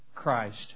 Christ